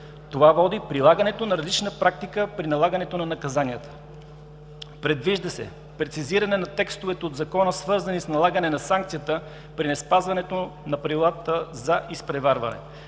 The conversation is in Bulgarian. Това води до прилагане на различна практика при налагане на наказанията. Предвижда се прецизиране на текстовете от Закона, свързани с налагане на санкцията при неспазването на правилата за изпреварване.